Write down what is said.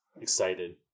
Excited